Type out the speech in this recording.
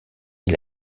est